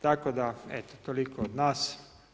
Tako da, eto toliko od nas.